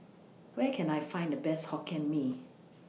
Where Can I Find The Best Hokkien Mee